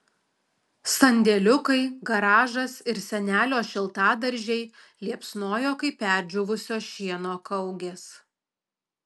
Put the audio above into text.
sandėliukai garažas ir senelio šiltadaržiai liepsnojo kaip perdžiūvusio šieno kaugės